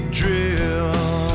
drill